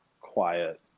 quiet